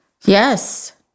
Yes